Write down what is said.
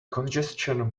congestion